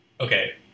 Okay